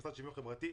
המשרד לשוויון חברתי,